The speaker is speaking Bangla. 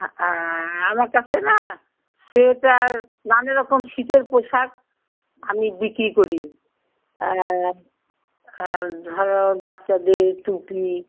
আমার কাছে না সোয়েটার নানা রকম শীতের পোশাক আমি বিক্রি করি আর ধরো বাচ্চাদের টুপি